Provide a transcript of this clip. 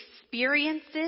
experiences